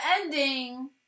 ending